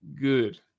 Good